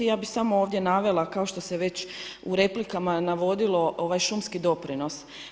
Ja bih samo ovdje navela kao što se već u replikama navodilo ovaj šumski doprinos.